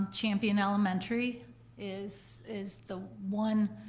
um champion elementary is is the one